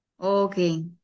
Okay